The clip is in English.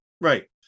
right